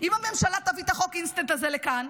אם הממשלה תביא את חוק האינסטנט הזה לכאן,